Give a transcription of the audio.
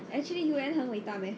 actually U_N 很伟大 meh